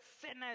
sinners